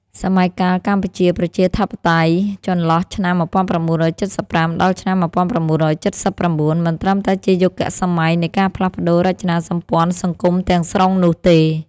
សម័យកាលកម្ពុជាប្រជាធិបតេយ្យ ចន្លោះឆ្នាំ ១៩៧៥ ដល់ឆ្នាំ ១៩៧៩ មិនត្រឹមតែជាយុគសម័យនៃការផ្លាស់ប្តូររចនាសម្ព័ន្ធសង្គមទាំងស្រុងនោះទេ។